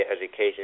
education